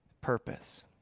purpose